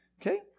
okay